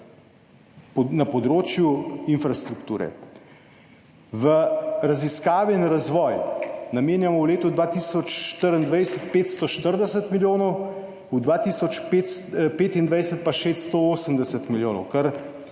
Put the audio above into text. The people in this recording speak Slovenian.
na področju infrastrukture. Za raziskave in razvoj namenjamo v letu 2024 540 milijonov, v 2025 pa 680 milijonov,